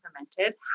implemented